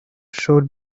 showed